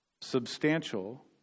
substantial